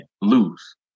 lose